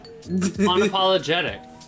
unapologetic